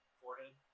forehead